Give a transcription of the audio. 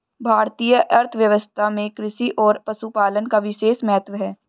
भारतीय अर्थव्यवस्था में कृषि और पशुपालन का विशेष महत्त्व है